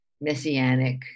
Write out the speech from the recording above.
messianic